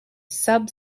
sub